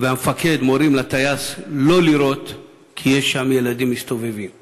והמפקד מורים לטייס לא לירות כי מסתובבים שם ילדים.